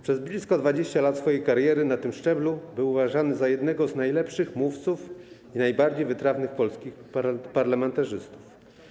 Przez blisko 20 lat swojej kariery na tym szczeblu był uważany za jednego z najlepszych mówców i najbardziej wytrawnych polskich parlamentarzystów.